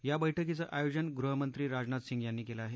या बैठकीचं आयोजन गृहमंत्री राजनाथ सिंह यांनी केलं आहे